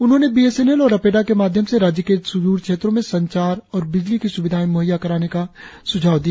उन्होंने B S N L और अपेडा के माध्यम से राज्य के स्दूर क्षेत्रों में संचार और बिजली की स्विधाएं म्हैया कराने का सुझाव दिया